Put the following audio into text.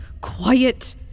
quiet